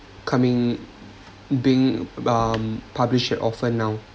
coming being um published often now